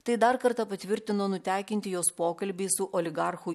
tai dar kartą patvirtino nutekinti jos pokalbiai su oligarchu